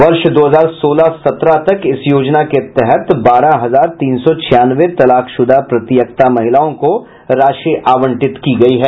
वर्ष दो हजार सोलह सत्रह तक इस योजना के तहत बारह हजार तीन सौ छियानवे तलाकशुदा परित्यक्ता महिलाओं को राशि आवंटित की गयी है